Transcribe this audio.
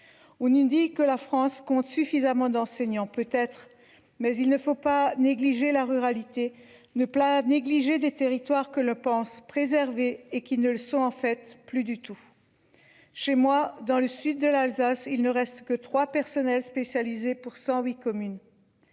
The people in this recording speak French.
nous dit que la France compte suffisamment d'enseignants peut être mais il ne faut pas négliger la ruralité ne plat négligé des territoires que le pense préserver et qui ne le sont en fait plus du tout. Chez moi dans le sud de l'Alsace. Il ne reste que 3 personnel spécialisé pour 108 communes.